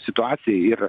situacijai ir